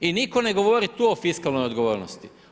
I nitko ne govori tu o fiskalnoj odgovornosti.